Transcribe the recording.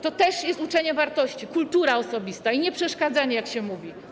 To też jest uczenie wartości - kultura osobista i nieprzeszkadzanie, jak się mówi.